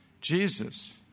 Jesus